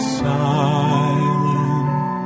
silent